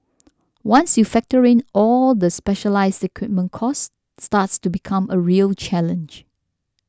Once you factor in all of the specialised equipment cost starts to become a real challenge